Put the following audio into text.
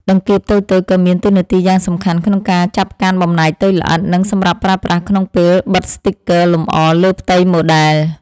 ដង្កៀបតូចៗក៏មានតួនាទីយ៉ាងសំខាន់ក្នុងការចាប់កាន់បំណែកតូចល្អិត និងសម្រាប់ប្រើប្រាស់ក្នុងពេលបិទស្ទីគ័រលម្អលើផ្ទៃម៉ូដែល។